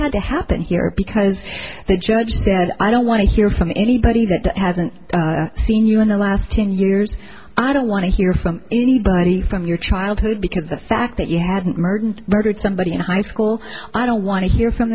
had to happen here because the judge said i don't want to hear from anybody that hasn't seen you in the last ten years i don't want to hear from anybody from your childhood because the fact that you hadn't murdered murdered somebody in high school i don't want to hear from